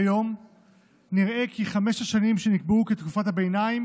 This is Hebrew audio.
כיום נראה כי חמש השנים שנקבעו כתקופת הביניים